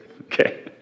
okay